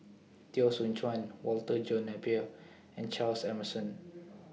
Teo Soon Chuan Walter John Napier and Charles Emmerson